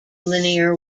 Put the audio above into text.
linear